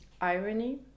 irony